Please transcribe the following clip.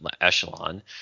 echelon